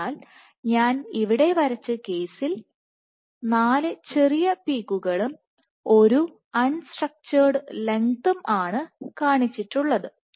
അതിനാൽ ഞാൻ ഇവിടെ വരച്ച കേസിൽ ഞാൻ 4 ചെറിയ പീക്കുകകളും Peak ഒരു അൺ സ്ട്രക്ചചേട് ലെങ്ത്തും ആണ് കാണിച്ചിട്ടുള്ളത്